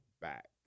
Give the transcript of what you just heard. back